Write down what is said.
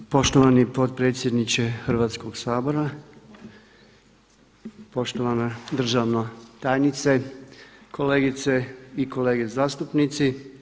Poštovani potpredsjedniče Hrvatskoga sabora, poštovana državna tajnice, kolegice i kolege zastupnici.